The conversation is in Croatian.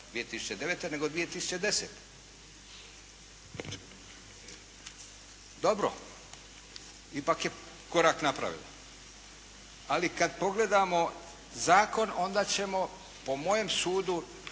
2009. nego 2010. Dobro, ipak je korak napravila. Ali kada pogledamo zakon onda ćemo po mojem sudu,